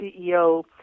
CEO